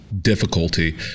difficulty